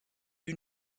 you